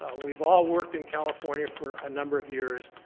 we've all worked in california for a number of years.